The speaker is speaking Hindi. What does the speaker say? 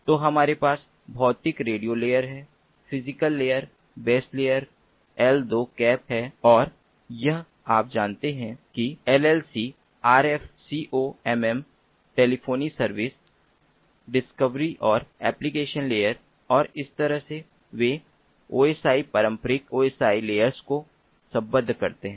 तो हमारे पास भौतिक रेडियो लेयर या physical layer baseband layer L two CAP है और यह आप जानते हैं कि LLC RFCOMM telephony service discovery और एप्लीकेशन लेयर और इस तरह से वे OSI पारंपरिक OSI लेयरस को सम्बद्ध करते हैं